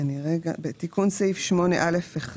תיקון סעיף 8א(1).